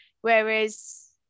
Whereas